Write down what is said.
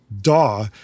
DAW